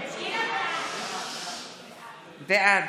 בעד